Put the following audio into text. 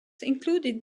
included